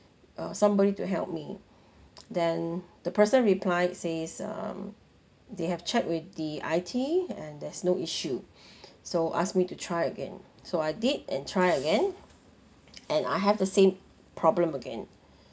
uh somebody to help me then the person replied says um they have check with the I_T and there's no issue so asked me to try again so I did and try again and I have the same problem again